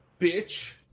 Bitch